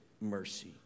mercy